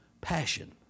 passion